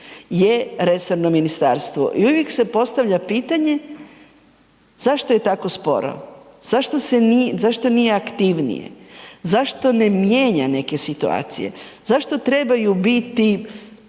je resorno ministarstvo i uvijek se postavlja pitanje zašto je tako sporo, zašto nije aktivnije, zašto ne mijenja neke situacije, zašto trebaju biti,